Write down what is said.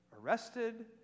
arrested